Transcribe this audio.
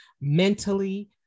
mentally